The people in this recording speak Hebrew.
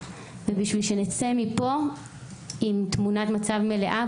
כדי שנצא מפה עם תמונת מצב מלאה,